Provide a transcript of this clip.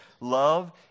love